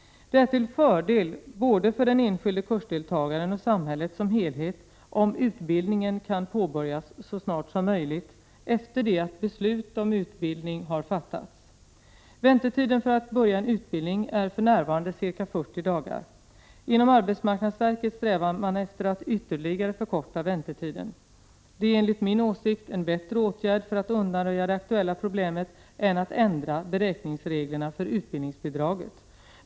Det är till fördel både för den enskilde kursdeltagaren och för samhället som helhet om utbildningen kan påbörjas så snart som möjligt efter det att 19 beslut om utbildning har fattats. Väntetiden för att börja en utbildning är för närvarande ca 40 dagar. Inom arbetsmarknadsverket strävar man efter att ytterligare förkorta väntetiden. Det är enligt min åsikt en bättre åtgärd för att undanröja det aktuella problemet än att ändra beräkningsreglerna för utbildningsbidraget.